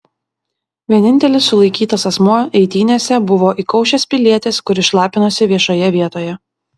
vienintelis sulaikytas asmuo eitynėse buvo įkaušęs pilietis kuris šlapinosi viešoje vietoje